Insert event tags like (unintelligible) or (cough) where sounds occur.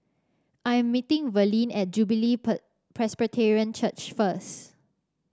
I am meeting Verlie at Jubilee (unintelligible) Presbyterian Church first